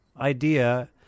idea